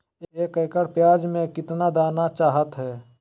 एक एकड़ प्याज में कितना दाना चाहता है?